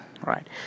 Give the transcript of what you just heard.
right